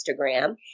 Instagram